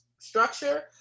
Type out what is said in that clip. structure